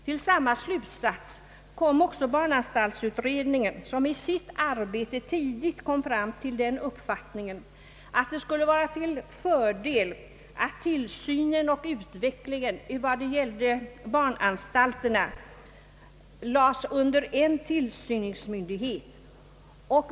Till samma slutsats kom också barnanstaltsutredningen, som i sitt arbete tidigt kom fram till den uppfattningen att det skulle vara till fördel att tillsynen och utvecklingen i vad det gällde barnanstalterna lades under en tillsynsmyndighet.